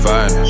Fine